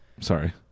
Sorry